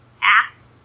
act